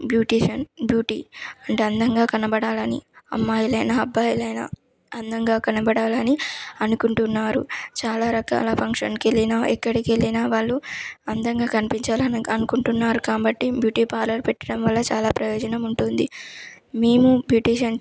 beautician beauty అంటే అందంగా కనపడాలని అమ్మాయిలైనా అబ్బాయిలైనా అందంగా కనపడాలని అనుకుంటున్నారు చాలా రకాల ఫంక్షన్కి వెళ్ళినా ఎక్కడికి వెళ్ళినా వాళ్ళు అందంగా కనిపించాలని అనుకుంటున్నారు కాబట్టి బ్యూటీ పార్లర్ పెట్టడం వల్ల చాలా ప్రయోజనం ఉంటుంది మేము బ్యుటీషన్